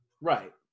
Right